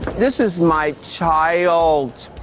this is my child.